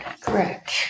Correct